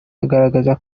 agaragaza